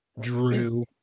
Drew